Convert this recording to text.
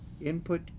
input